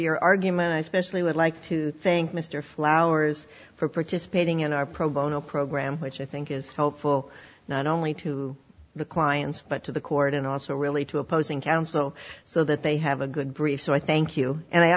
your argument i specially would like to think mr flowers for participating in our program on a program which i think is helpful not only to the clients but to the court and also really to opposing counsel so that they have a good brief so i thank you and i